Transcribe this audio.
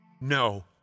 No